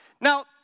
Now